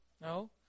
No